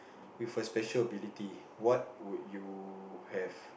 with a special ability what would you have